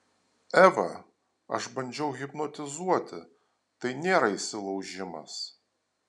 eva aš bandžiau hipnotizuoti tai nėra įsilaužimas